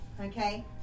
okay